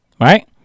right